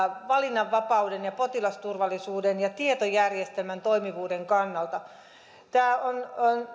valinnanvapauden ja potilasturvallisuuden ja tietojärjestelmien toimivuuden kannalta tässä on